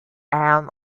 end